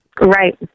Right